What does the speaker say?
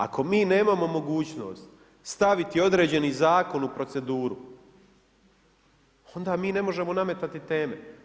Ako mi nemamo mogućnost staviti određeni zakon u proceduru, onda mi ne možemo nametati teme.